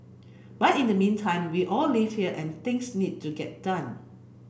but in the meantime we all live here and things need to get done